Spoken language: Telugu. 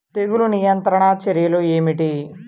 తెగులు నియంత్రణ చర్యలు ఏమిటి?